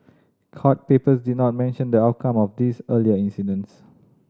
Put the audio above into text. court papers did not mention the outcome of these earlier incidents